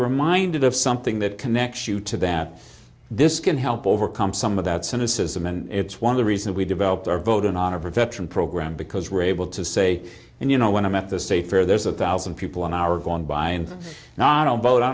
reminded of something that connects you to that this can help overcome some of that cynicism and it's one of the reason we developed our vote in our veteran program because we're able to say and you know when i'm at the state fair there's a thousand people in our gone by and now i don't vote